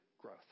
growth